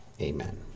amen